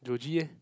Jogy eh